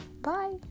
bye